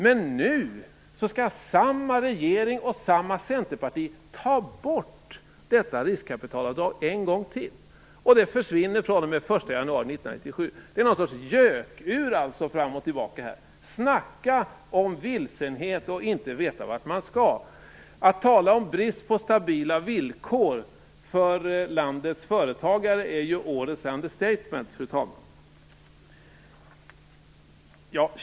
Men nu skall samma regering och samma centerparti ta bort riskkapitalavdraget en gång till. Det försvinner den 1 januari 1997. Det pendlar alltså fram och tillbaka här som en sorts gökur. Snacka om vilsenhet och om att inte veta vart man skall! Att tala om brist på stabila villkor för landets företagare är årets understatement.